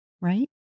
right